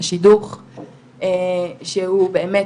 השידוך שהוא באמת,